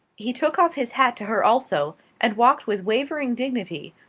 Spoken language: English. he took off his hat to her also, and walked with wavering dignity,